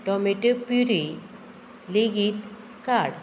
tomato puree लेगीत काड